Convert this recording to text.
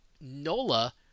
NOLA